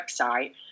website